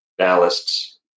ballasts